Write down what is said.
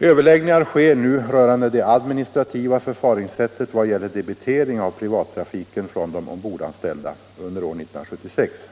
Överläggningar sker nu rörande det administrativa förfaringssättet i vad gäller debitering av privattrafiken från de ombordanställda under år 1976.